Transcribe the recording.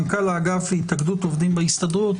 מנכ"ל האגף להתאגדות עובדים בהסתדרות.